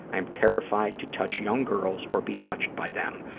i am terrified to touch young girls or be touched by them.